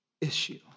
issue